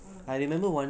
err